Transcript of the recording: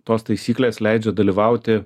tos taisyklės leidžia dalyvauti